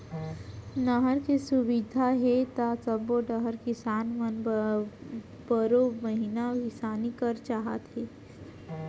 नहर के सुबिधा हे त सबो डहर किसान मन बारो महिना किसानी करना चाहथे